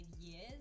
years